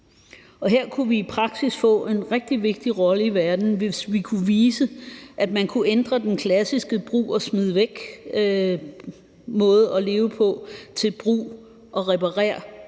og her kunne vi i praksis få en rigtig vigtig rolle i verden, hvis vi kunne vise, at man kunne ændre den klassiske brug og smid væk-måde at leve på til brug og reparer